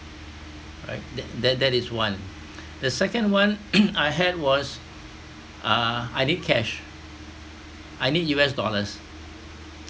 right that that is one the second one I had was uh I need cash I need U_S dollars